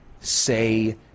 say